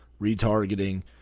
retargeting